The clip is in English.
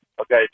Okay